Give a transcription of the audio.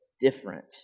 different